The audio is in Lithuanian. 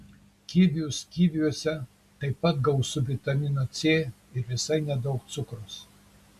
kivius kiviuose taip pat gausu vitamino c ir visai nedaug cukraus